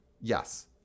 Yes